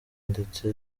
ndetse